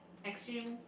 extreme